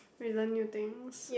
we learn new things